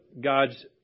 God's